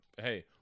hey